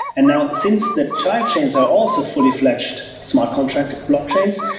and now since the child chains are also fully-fledged smart contract blockchains,